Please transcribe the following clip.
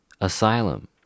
asylum